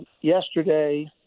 yesterday